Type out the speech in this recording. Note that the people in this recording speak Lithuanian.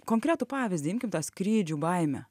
konkretų pavyzdį imkim tą skrydžių baimę